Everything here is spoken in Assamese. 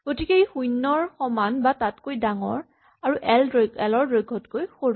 গতিকে ই শূণ্যৰ সমান বা তাতকৈ ডাঙৰ আৰু এল ৰ দৈৰ্ঘতকৈ সৰু